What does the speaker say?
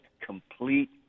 complete